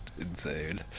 insane